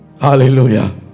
Hallelujah